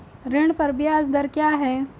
ऋण पर ब्याज दर क्या है?